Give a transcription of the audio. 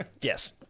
Yes